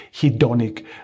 hedonic